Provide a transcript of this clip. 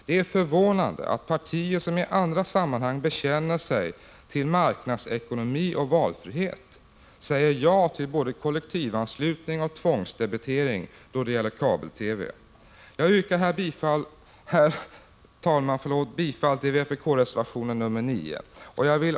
Det är förvånande att partier som i andra sammanhang bekänner sig till marknadsekonomi och valfrihet säger ja till både kollektivanslutning och tvångsdebitering då det gäller kabel-TV. Jag yrkar bifall till vpk-reservationen 9.